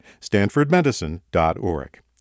StanfordMedicine.org